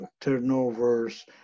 turnovers